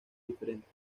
diferentes